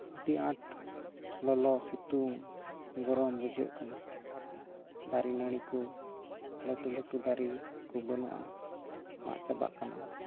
ᱟᱹᱰᱤ ᱟᱸᱴ ᱞᱚᱞᱚ ᱥᱤᱛᱩᱝ ᱜᱚᱨᱚᱢ ᱵᱩᱡᱷᱟᱹᱜ ᱠᱟᱱᱟ ᱫᱟᱨᱮᱼᱱᱟᱹᱲᱤ ᱠᱚ ᱞᱟᱹᱴᱩ ᱞᱟᱹᱴᱩ ᱫᱟᱨᱮ ᱠᱚ ᱵᱟᱹᱱᱩᱜᱼᱟ ᱢᱟᱜ ᱪᱟᱵᱟᱜ ᱠᱟᱱᱟ